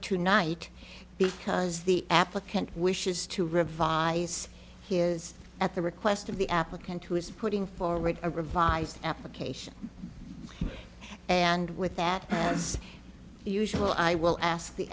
tonight because the applicant wishes to revise he is at the request of the applicant who is putting forward a revised application and with that as usual i will ask the